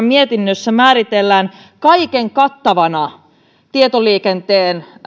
mietinnössä määritellään kaiken kattavana tietoliikenteen